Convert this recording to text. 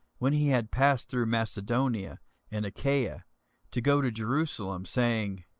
when he had passed through macedonia and achaia, to go to jerusalem, saying,